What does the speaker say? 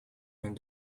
mijn